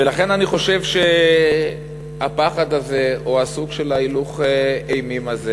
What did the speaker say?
ולכן אני חושב שהפחד הזה או סוג ההילוך-אימים הזה,